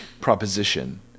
proposition